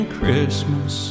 Christmas